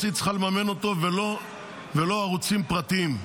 היא צריכה לממן אותו ולא ערוצים פרטיים.